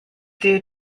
due